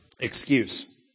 excuse